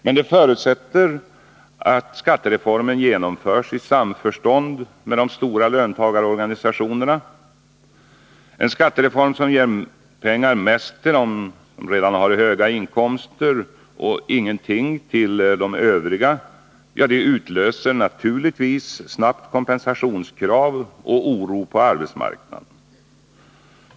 Men det förutsätter att skattereformen genomförs i samförstånd med de stora löntagarorganisationerna. En skattereform som ger mest pengar till dem som redan har höga inkomster och inget till de övriga utlöser snabbt kompensationskrav och oro på arbetsmarknaden.